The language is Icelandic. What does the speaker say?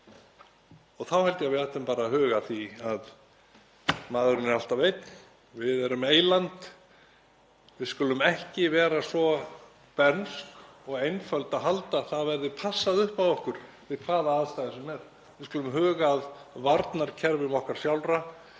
Þá held ég að við ættum bara að huga að því að maðurinn er alltaf einn, við erum eyland. Við skulum ekki vera svo bernsk og einföld að halda að það verði passað upp á okkur við hvaða aðstæður sem er. Við skulum huga að varnarkerfum okkar sjálfra